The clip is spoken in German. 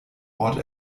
ort